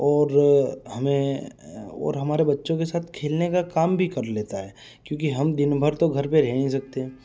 और हमें और हमारे बच्चों के साथ खेलने का काम भी कर लेता है क्योंकि हम दिन भर तो घर पर रह नहीं सकते